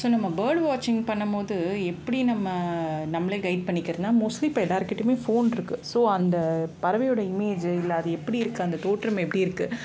so நம்ம bird வாட்ச்சிங் பண்ணபோது எப்படி நம்ம நம்மளே கைட் பண்ணிக்கிறதுனா மோஸ்ட்லி இப்போ எல்லோருக்கிட்டயுமே ஃபோன் இருக்குது ஸோ அந்த பறவையோடய இமேஜி இல்லை அது எப்படி இருக்குது அந்த தோற்றம் எப்படி இருக்குது